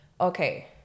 Okay